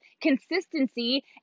consistency